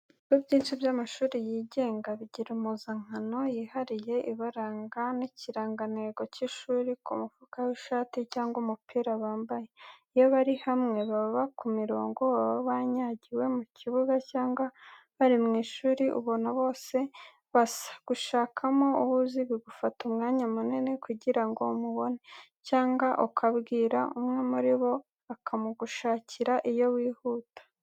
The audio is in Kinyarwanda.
Ibigo byinshi by'amashuri yigenga, bigira impuzankano yihariye ibaranga, n'ikirangantego cy'ishuri ku mufuka w'ishati cyangwa w'umupira bambaye. Iyo bari hamwe, baba ku mirongo, baba banyanyagiye mu kibuga cyangwa bari mu ishuri ubona bose basa. Gushakamo uwo uzi, bigufata umwanya munini kugira ngo umubone, cyangwa ukabwira umwe muri bo akamugushakira iyo wihuta.